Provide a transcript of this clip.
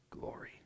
glory